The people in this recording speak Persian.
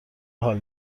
حال